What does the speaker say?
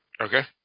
okay